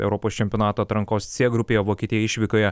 europos čempionato atrankos c grupėje vokietija išvykoje